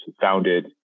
founded